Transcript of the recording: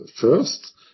first